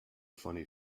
funny